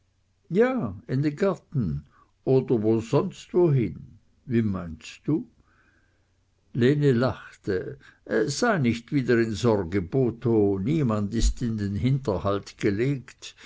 ja in den garten oder sonst wohin wie meinst du lene lachte sei nicht wieder in sorge botho niemand ist in den hinterhalt gelegt